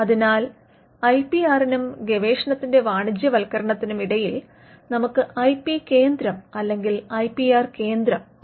അതിനാൽ ഐപിആറിനും ഗവേഷണത്തിന്റെ വാണിജ്യവത്കരണത്തിനുമിടയിൽ നമുക്ക് ഐ പി കേന്ദ്രം അല്ലെങ്കിൽ ഐപി ആർ കേന്ദ്രം ഉണ്ട്